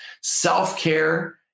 Self-care